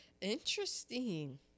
Interesting